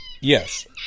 Yes